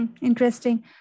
Interesting